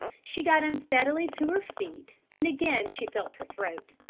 she got unsteadily to her feet and again she felt her throat.